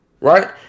right